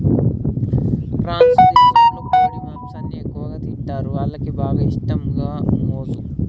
France దేశంలో కోడి మాంసాన్ని ఎక్కువగా తింటరు, వాళ్లకి బాగా ఇష్టం గామోసు